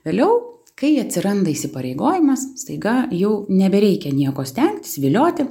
vėliau kai atsiranda įsipareigojimas staiga jau nebereikia nieko stengtis vilioti